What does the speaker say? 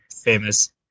famous